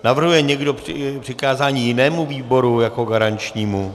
Navrhuje někdo přikázání jinému výboru jako garančnímu?